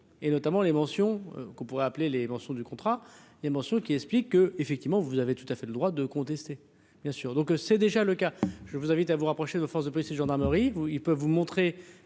et notamment les mentions qu'on pourrait appeler les mentions du contrat émotion qui expliquent que, effectivement, vous avez tout à fait le droit de contester, bien sûr, donc c'est déjà le cas, je vous invite à vous rapprocher de forces de police et de gendarmerie vous, il peut vous montrer